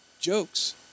jokes